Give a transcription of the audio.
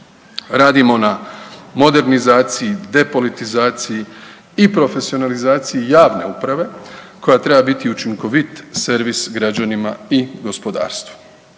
Radimo na modernizaciji, depolitizaciji i profesionalizaciji javne uprave koja treba biti učinkovit servis građanima i gospodarstvu.